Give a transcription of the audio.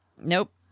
nope